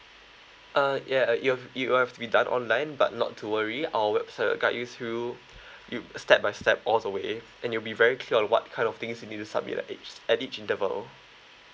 uh ya uh it will have it will have to be done online but not to worry our website will guide you through you step by step all the way and you'll be very clear on what kind of things you need to submit at each at each interval